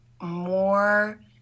more